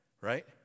right